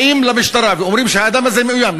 באים למשטרה ואומרים שהאדם הזה מאוים,